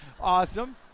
awesome